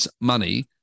money